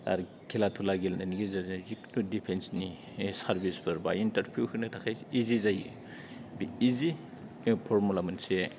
आरो खेला दुला गेलेनायनि गेजेरजों दिफेन्सनि सारभिसफोर बा इनथारभिउ होनो थाखाय इजि जायो बे इजि बे फर्मुला मोनसे